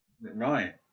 right